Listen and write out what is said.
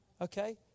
Okay